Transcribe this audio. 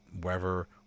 wherever